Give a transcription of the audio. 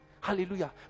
Hallelujah